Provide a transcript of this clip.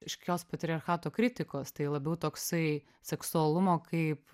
aiškios patriarchato kritikos tai labiau toksai seksualumo kaip